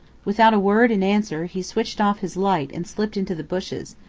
without a word in answer, he switched off his light and slipped into the bushes,